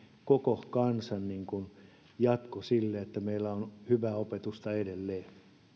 koko kansan voimin jatko sille että meillä on hyvää opetusta edelleen